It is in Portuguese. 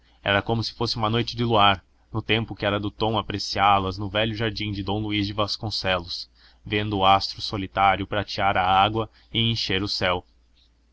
era como se fosse uma noite de luar no tempo em que era do tom apreciá las no velho jardim de dom luís de vasconcelos vendo o astro solitário pratear a água e encher o céu